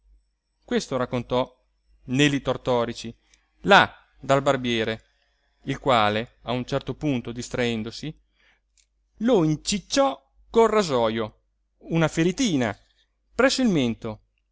questo raccontò neli tortorici là dal barbiere il quale a un certo punto distraendosi lo incicciò col rasojo una feritina presso il mento